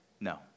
No